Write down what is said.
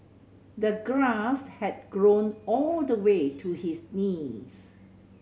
the grass had grown all the way to his knees